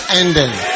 ending